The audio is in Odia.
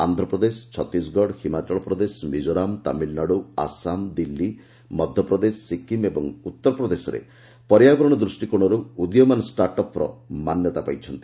ଆନ୍ଧ୍ରପ୍ରଦେଶ ଛତିଶଗଡ଼ ହିମାଚଳଂ ପ୍ରଦେଶ ମିକୋରାମ ତାମିଲ୍ନାଡୁ ଆସାମ ଦିଲ୍ଲୀ ମଧ୍ୟପ୍ରଦେଶ ସିକିମ୍ ଏବଂ ଉତ୍ତର ପ୍ରଦେଶରେ ପର୍ଯ୍ୟାବରଣ ଦୃଷ୍ଟିକୋଣରୁ ଉଦୀୟମାନ ଷ୍ଟାର୍ଟ ଅପ୍ର ମାନ୍ୟତା ପାଇଛନ୍ତି